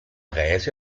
reise